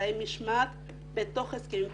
אמצעי משמעת בתוך הסכמים קיבוציים.